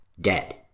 dead